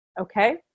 okay